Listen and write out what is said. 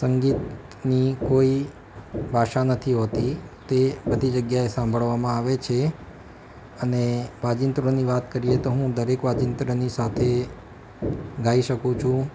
સંગીતની કોઈ ભાષા નથી હોતી તે બધી જગ્યાએ સાંભળવામા આવે છે અને વાંજીત્રોની વાત કરીએ તો હું દરેક વાજીંત્રની સાથે ગાઈ શકું છું